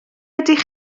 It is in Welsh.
ydych